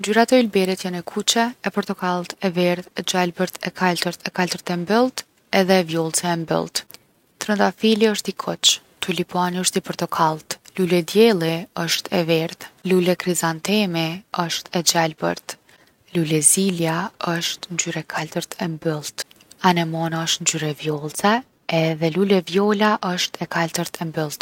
Ngjyrat e ylberit jon e kuqe, e portokallt, e verdhë, e gjelbërt, e kaltërt, e kaltërt e mbyllt edhe e vjollce e mbyllt. Trëndafili osht i kuq. Tulipani osht i portokallt. Luledielli osht e verdhë. Lule krizantemi osht e gjelbërt. Lule zilja osht ngjyrë e kaltërt e mbyllt. Anemona osht ngjyrë e vjollce edhe lule viola osht e kaltërt e mbyllt.